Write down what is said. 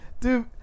Dude